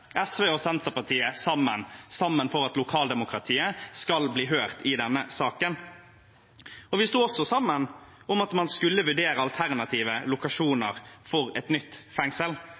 SV og Senterpartiet sto sammen for at lokaldemokratiet skal bli hørt i denne saken. Vi sto også sammen om at man skulle vurdere alternative lokasjoner for et nytt fengsel.